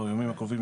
בימים הקרובים,